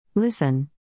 Listen